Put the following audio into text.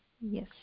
Yes